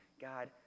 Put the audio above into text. God